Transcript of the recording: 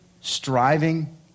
striving